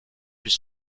puis